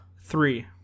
three